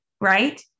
right